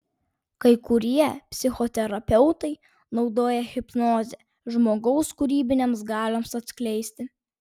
kai kurie psichoterapeutai naudoja hipnozę žmogaus kūrybinėms galioms atskleisti